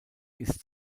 ist